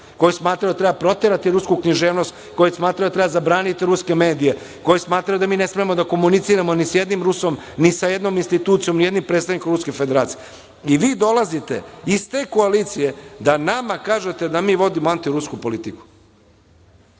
koji smatraju da treba proterati rusku književnost, koji smatraju da treba zabraniti ruske medije, koji smatraju da mi ne smemo da komuniciramo ni sa jednim Rusom, ni sa jednom institucijom, nijednim predstavnikom Ruske Federacije i vi dolazite iz te koalicije da nama kažete da mi vodimo antirusku politiku. Pa,